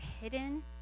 hidden